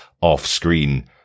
off-screen